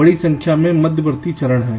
बड़ी संख्या में मध्यवर्ती चरण हैं